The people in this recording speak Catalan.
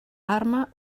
arma